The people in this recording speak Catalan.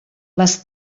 les